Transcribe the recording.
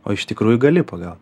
o iš tikrųjų gali pagaut